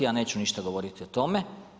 Ja neću ništa govoriti o tome.